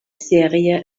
serie